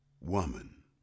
Woman